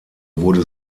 wurde